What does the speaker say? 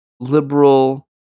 Liberal